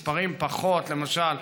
מספרים פחות, למשל,